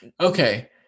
okay